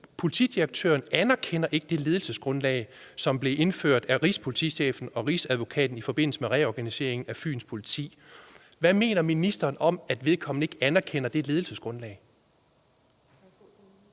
at politidirektøren ikke anerkender det ledelsesgrundlag, som blev indført af rigspolitichefen og Rigsadvokaten i forbindelse med reorganiseringen af Fyns Politi. Hvad mener ministeren om, at vedkommende ikke anerkender det ledelsesgrundlag?